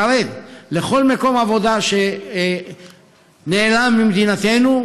חרד, לכל מקום עבודה שנעלם ממדינתנו.